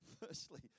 Firstly